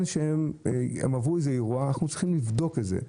שהם עברו איזה אירוע אנחנו צריכים לבדוק את זה.